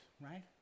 right